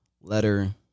letter